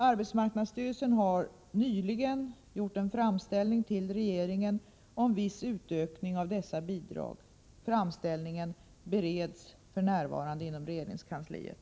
Arbetsmarknadsstyrelsen har nyligen gjort en framställning till regeringen om viss utökning av dessa bidrag. Framställningen bereds f.n. inom regeringskansliet.